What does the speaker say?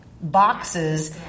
boxes